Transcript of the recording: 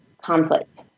conflict